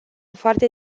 foarte